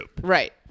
right